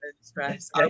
stress